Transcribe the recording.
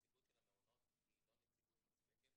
נציגות של המעונות היא לא נציגות מספקת,